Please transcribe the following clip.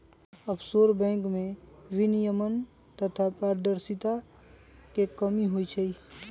offshore bank सभमें विनियमन तथा पारदर्शिता के कमी होइ छइ